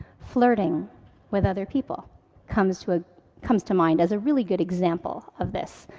flirting with other people comes to ah comes to mind as a really good example of this.